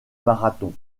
marathon